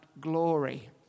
glory